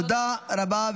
תודה רבה.